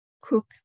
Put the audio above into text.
cook